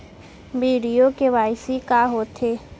video KYC का होथे